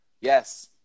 Yes